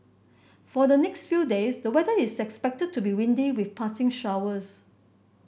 for the next few days the weather is expected to be windy with passing showers